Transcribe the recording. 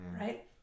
Right